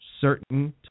certain